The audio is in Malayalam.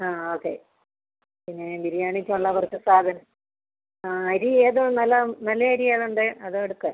ആ ഓക്കെ പിന്നെ ബിരിയാണിക്കുള്ള കുറച്ച് സാധനം ആ അരി ഏത് നല്ല നല്ല അരി ഏതുണ്ട് അതെടുക്ക്